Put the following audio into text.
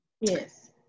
yes